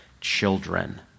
children